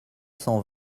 cent